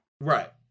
Right